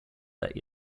that